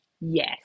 Yes